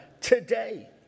today